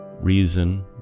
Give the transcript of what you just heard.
Reason